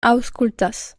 aŭskultas